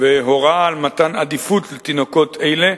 והורה על מתן עדיפות לתינוקות אלה